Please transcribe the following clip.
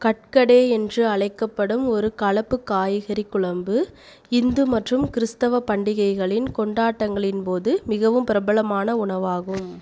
கட்கடே என்று அழைக்கப்படும் ஒரு கலப்பு காய்கறி குழம்பு இந்து மற்றும் கிறிஸ்தவ பண்டிகைகளின் கொண்டாட்டங்களின் போது மிகவும் பிரபலமான உணவாகும்